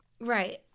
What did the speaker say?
Right